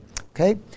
okay